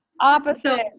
Opposite